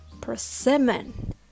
persimmon